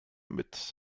mit